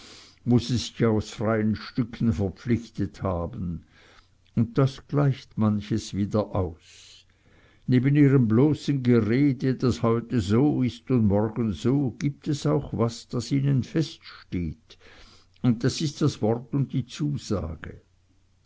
wo sie sich aus freien stücken verpflichtet haben und das gleicht manches wieder aus neben ihrem bloßen gerede das heute so ist und morgen so gibt es auch was das ihnen feststeht und das ist das wort und die zusage